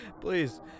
please